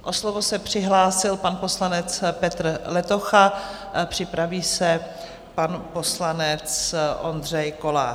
O slovo se přihlásil pan poslanec Petr Letocha, připraví se pan poslanec Ondřej Kolář.